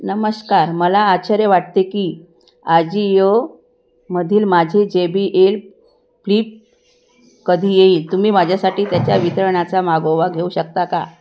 नमस्कार मला आश्चर्य वाटते की आजिओमधील माझे जे बी एल फ्लिप कधी येईल तुम्ही माझ्यासाठी त्याच्या वितरणाचा मागोवा घेऊ शकता का